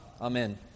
Amen